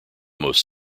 most